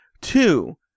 Two